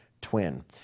twin